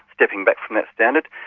stepping back from that standard,